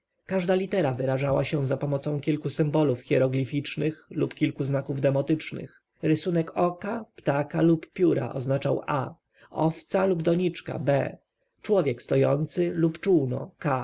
każda litera wyrażała się zapomocą kilku symbolów hieroglificznych lub kilku znaków demotycznych rysunek oka ptaka lub pióra oznaczał a owca albo doniczka b człowiek stojący lub czółno